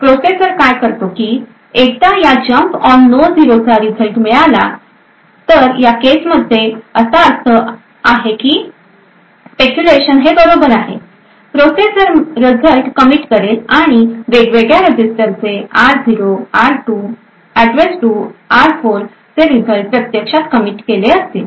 तर प्रोसेसर काय करतो की एकदा या जम्प ऑन नो झिरो चा रिझल्ट मिळाला तर या केसमध्ये याचा अर्थ असा आहे की स्पेक्युलेशन हे बरोबर आहे प्रोसेसर रिझल्ट कमिट करेल आणि वेगवेगळ्या रजीस्टरचे r0r2 ऍड्रेस2 r4 चे रिझल्ट प्रत्यक्षात कमिट केले असतील